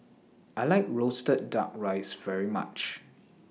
I like Roasted Duck Rice very much